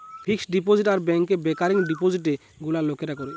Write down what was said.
fixed deposit আর ব্যাংকে recurring ডিপোজিটে গুলা লোকরা করে